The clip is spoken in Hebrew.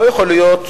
לא יכול להיות,